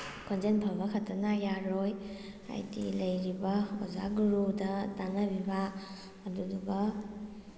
ꯈꯣꯟꯖꯦꯜ ꯐꯥꯕ ꯈꯛꯇꯅ ꯌꯥꯔꯣꯏ ꯍꯥꯏꯗꯤ ꯂꯩꯔꯤꯕ ꯑꯣꯖꯥ ꯒꯨꯔꯨꯗ ꯇꯥꯟꯅꯕꯤꯕ ꯑꯗꯨꯗꯨꯒ